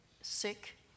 sick